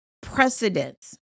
precedence